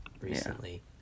recently